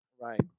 Right